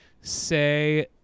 say